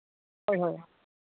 ᱦᱳᱭ ᱦᱳᱭ